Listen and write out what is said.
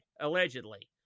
allegedly